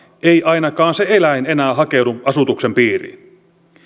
ei ainakaan se eläin enää hakeudu asutuksen piiriin